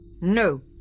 No